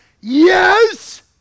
yes